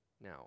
Now